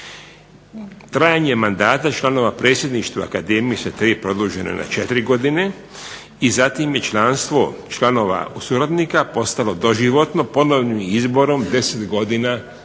Trajanje mandata članova predsjedništva akademije sa tri produženo na 4 godine i zatim je članstvo članova suradnika postalo doživotno ponovnim izborom 10 godina nakon